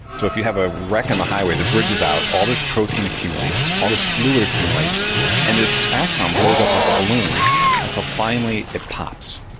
so if you have a wreck on the highway, the bridge is out, all this protein accumulates, all this fluid accumulates and this axon blows up like a balloon until finally it pops.